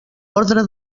ordre